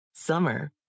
Summer